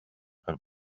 per